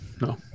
No